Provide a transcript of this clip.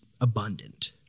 abundant